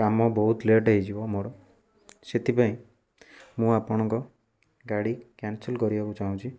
କାମ ବହୁତ ଲେଟ ହେଇଯିବ ମୋର ସେଥିପାଇଁ ମୁଁ ଆପଣଙ୍କ ଗାଡ଼ି କ୍ୟାନ୍ସଲ କରିବାକୁ ଚାହୁଁଛି